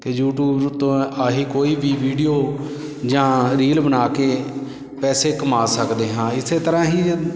ਅਤੇ ਯੂਟੂਬ ਤੋਂ ਆਹੀ ਕੋਈ ਵੀ ਵੀਡੀਓ ਜਾਂ ਰੀਲ ਬਣਾ ਕੇ ਪੈਸੇ ਕਮਾ ਸਕਦੇ ਹਾਂ ਇਸ ਤਰ੍ਹਾਂ ਹੀ